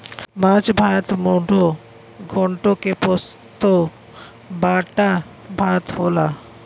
माछ भात मुडो घोन्टो के पोस्तो बाटा भात होला